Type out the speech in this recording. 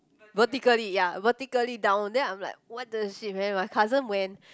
vertically ya vertically down then I'm like !what the shit! man my cousin went